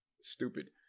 stupid